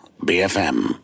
BFM